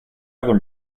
other